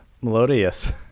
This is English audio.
melodious